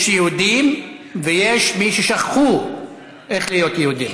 יש יהודים ויש מי ששכחו איך להיות יהודים.